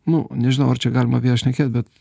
nu nežinau ar čia galima apie ją šnekėt bet